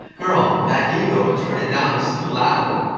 girl, that ego turn it down, it's too loud.